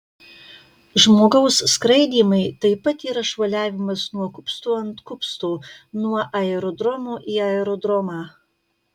žmogaus skraidymai taip pat yra šuoliavimas nuo kupsto ant kupsto nuo aerodromo į aerodromą